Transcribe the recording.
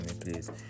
please